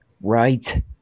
right